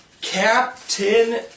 Captain